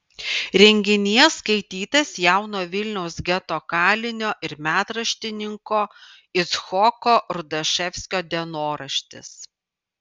renginyje skaitytas jauno vilniaus geto kalinio ir metraštininko icchoko rudaševskio dienoraštis